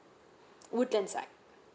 woodlands side